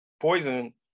Poison